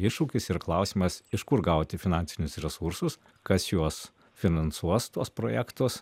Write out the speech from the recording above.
iššūkis ir klausimas iš kur gauti finansinius resursus kas juos finansuos tuos projektus